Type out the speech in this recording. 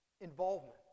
involvement